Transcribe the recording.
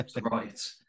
right